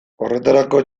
horretarako